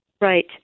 Right